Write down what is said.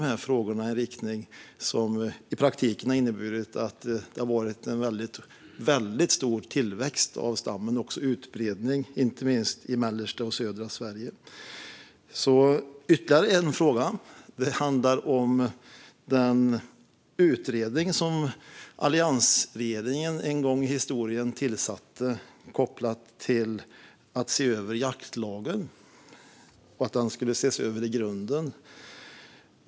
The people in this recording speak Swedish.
Ni har ju drivit dem i en riktning som i praktiken har inneburit en väldigt stor tillväxt av stammen och en utbredning inte minst i mellersta och södra Sverige. Jag har ytterligare en fråga. Den handlar om den utredning som alliansregeringen en gång i historien tillsatte kopplat till att se över jaktlagen i grunden.